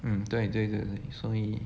mm 对对对所以